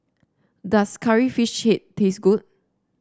does curry fish chip taste good